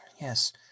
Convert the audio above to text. Yes